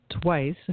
twice